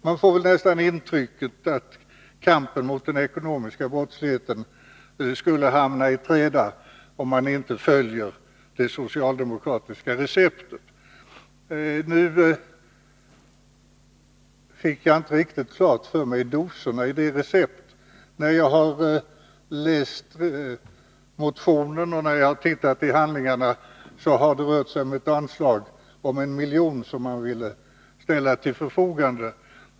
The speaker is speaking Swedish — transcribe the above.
Man får nästan intrycket att kampen mot den ekonomiska brottsligheten skulle hamna i träda, om man inte följer det socialdemokratiska receptet. Nu fick jag inte riktigt klart för mig doserna i det receptet. Men när jag läst motionen och tittat i övriga handlingar har jag funnit att det rört sig om ett anslag på 1 miljon som man ville ställa till förfogande.